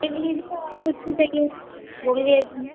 वो भी